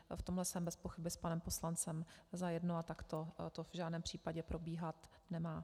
V tomhle jsem bezpochyby s panem poslancem zajedno a takto to v žádném případě probíhat nemá.